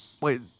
Wait